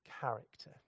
character